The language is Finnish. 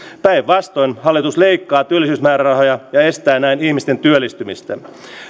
päinvastoin hallitus leikkaa työllisyysmäärärahoja ja estää näin ihmisten työllistymistä